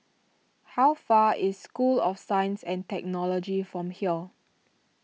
how far is School of Science and Technology from here